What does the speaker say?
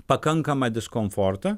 pakankamą diskomfortą